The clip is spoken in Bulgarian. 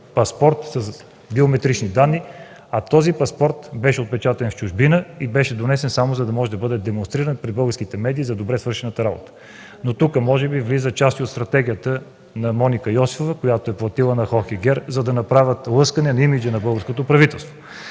паспорт с биометрични данни. А този паспорт беше отпечатан в чужбина и беше донесен, само за да може да бъде демонстриран пред българските медии за добре свършената работа. Тук може би влиза част от стратегията на Моника Йосифова, която е платила на Хохегер, за да направят лъскане на имиджа на българското правителство.